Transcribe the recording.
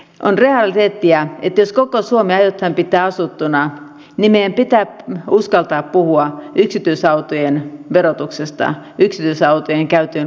on realiteettia että jos koko suomi aiotaan pitää asuttuna meidän pitää uskaltaa puhua yksityisautojen verotuksesta yksityisautojen käytön kustannuksista